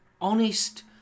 honest